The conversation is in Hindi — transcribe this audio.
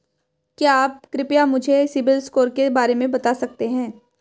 क्या आप कृपया मुझे सिबिल स्कोर के बारे में बता सकते हैं?